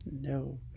No